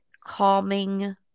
calming